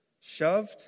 shoved